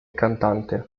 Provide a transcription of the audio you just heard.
cantante